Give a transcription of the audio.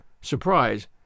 surprise